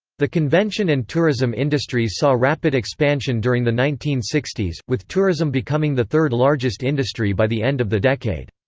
the convention and tourism industries saw rapid expansion during the nineteen sixty s, with tourism becoming the third largest industry industry by the end of the decade.